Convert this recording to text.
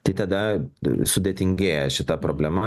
tai tada sudėtingėja šita problema